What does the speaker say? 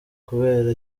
kubera